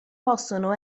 possono